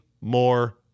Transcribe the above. more